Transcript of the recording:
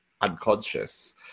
unconscious